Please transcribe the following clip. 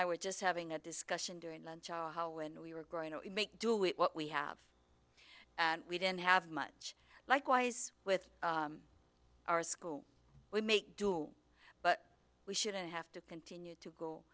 i were just having a discussion during lunch on how when we were going to make do with what we have and we didn't have much likewise with our school we make but we shouldn't have to continue to go